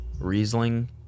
Riesling